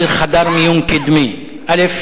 על חדר מיון קדמי: א.